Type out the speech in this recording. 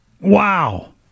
Wow